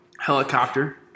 helicopter